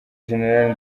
general